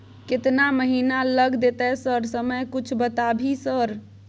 केतना महीना लग देतै सर समय कुछ बता भी सर?